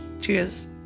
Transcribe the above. Cheers